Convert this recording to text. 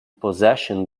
possession